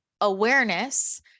awareness